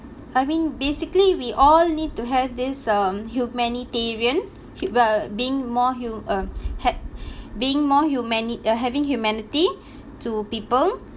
I mean basically we all need to have this um humanitarian hi~ uh being more hu~ uh had being more humani~ err having humanity to people